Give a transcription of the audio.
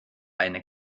eine